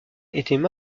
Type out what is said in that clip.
étaient